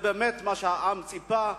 זה באמת מה שהעם ציפה,